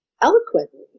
eloquently